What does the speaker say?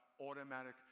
automatic